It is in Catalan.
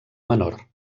menor